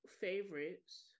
favorites